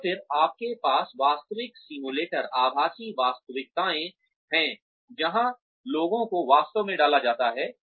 और फिर आपके पास वास्तविक सिमुलेटर आभासी वास्तविकताएंहैं जहां लोगों को वास्तव में डाला जाता है